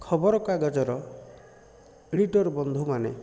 ଖବରକାଗଜର ଏଡ଼ିଟର୍ ବନ୍ଧୁମାନେ